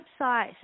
website